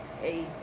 hey